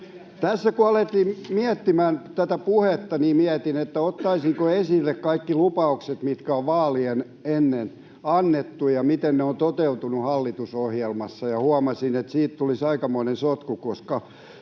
Tässä kun aloin miettimään tätä puhetta, niin mietin, ottaisinko esille kaikki lupaukset, mitkä on ennen vaaleja annettu, ja sen, miten ne ovat toteutuneet hallitusohjelmassa, ja huomasin, että siitä tulisi aikamoinen sotku, koska